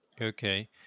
Okay